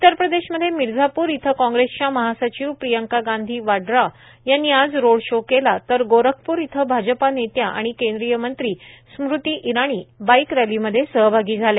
उत्तर प्रदेशमध्ये मिर्झापूर इथं काँग्रेसच्या महासचिव प्रियंका गांधी वाड्रा यांनी आज रोड शो केला तर गोरखपूर इथं भाजपा नेत्या आणि केंद्रीय मंत्री स्मृती इराणी बाईक रॅलीमध्ये सहभागी झाल्या